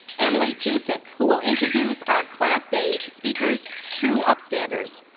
emily cusick, who will introduce our class day speakers, true upstanders.